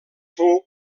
fou